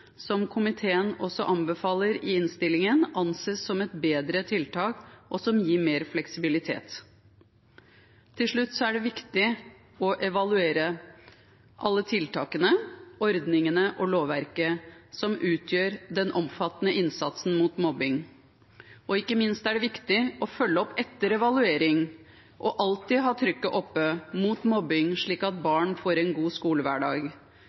som komiteen også anbefaler i innstillingen, anses som et bedre tiltak som gir mer fleksibilitet. Til slutt er det viktig å evaluere alle tiltakene, ordningene og lovverket som utgjør den omfattende innsatsen mot mobbing. Ikke minst er det viktig å følge opp etter evaluering og alltid ha trykket oppe mot mobbing, slik at barn får en god skolehverdag.